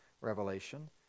revelation